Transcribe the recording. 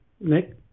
Nick